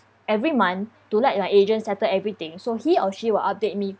every month to let an agent settle everything so he or she will update me